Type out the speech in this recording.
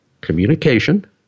communication